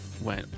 went